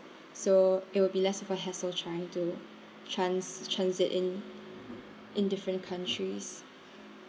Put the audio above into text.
so it will be less of a hassle trying to trans~ transit in in different countries